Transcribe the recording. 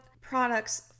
products